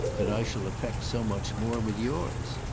that i shall effect so much more with yours!